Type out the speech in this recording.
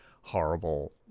horrible